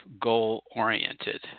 goal-oriented